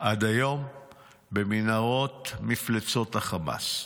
עד היום במנהרות מפלצות חמאס.